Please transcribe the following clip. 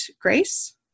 grace